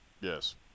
Yes